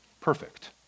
Perfect